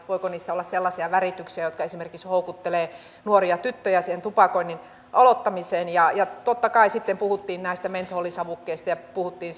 voiko niissä olla sellaisia värityksiä jotka esimerkiksi houkuttelevat nuoria tyttöjä siihen tupakoinnin aloittamiseen ja ja totta kai sitten puhuttiin näistä mentolisavukkeista ja puhuttiin